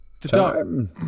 Time